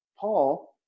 Paul